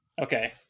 Okay